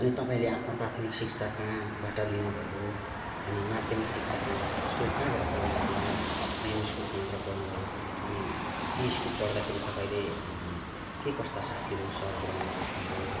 अनि तपाईँले आफ्नो प्राथमिक शिक्षा कहाँबाट लिनुभयो अनि माध्यमिक शिक्षा कहाँबाट हाई स्कुल कहाँबाट पढ्नु भयो प्राइमेरी स्कुल कहाँबाट पढ्नु भयो अनि त्यो स्कुल पढ्दाखेरि तपाईँले के कस्ता साथीहरू सर गुरुआमाहरू भेट्नु भयो